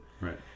Right